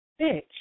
bitch